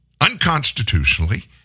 Unconstitutionally